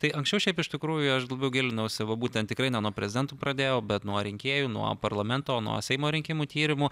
tai anksčiau šiaip iš tikrųjų aš daugiau gilinausi va būtent tikrai ne nuo prezidentų pradėjau bet nuo rinkėjų nuo parlamento nuo seimo rinkimų tyrimų